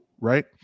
right